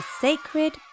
Sacred